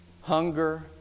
Hunger